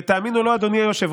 ותאמין או לא, אדוני היושב-ראש,